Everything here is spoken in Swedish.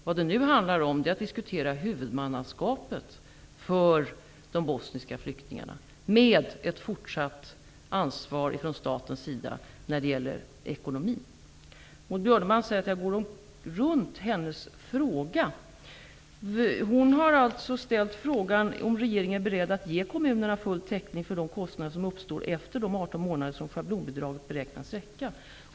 Vad det nu handlar om är att diskutera huvudmannaskapet för de bosniska flyktingarna, med ett fortsatt ansvar från statens sida när det gäller ekonomin. Maud Björnemalm säger att jag går runt hennes fråga. Hon har alltså frågat om regeringen är beredd att ge kommunerna full täckning för de kostnader som uppstår efter de 18 månader som schablonbidraget beräknas räcka.